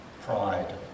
pride